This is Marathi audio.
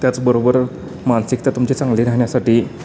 त्याचबरोबर मानसिकता तुमची चांगली राहण्यासाठी